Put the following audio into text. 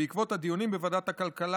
בעקבות הדיונים בוועדת הכלכלה